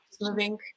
moving